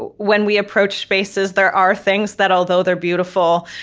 but when we approach spaces, there are things that, although they're beautiful,